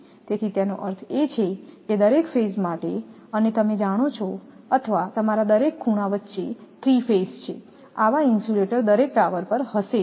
તેથી તેનો અર્થ એ છે કે દરેક ફેઈસ માટે અને તમે જાણો છો અથવા તમારા દરેક ખૂણા વચ્ચે 3 ફેઈસ છે આવા ઇન્સ્યુલેટર દરેક ટાવર પર હશે જ